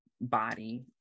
body